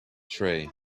tray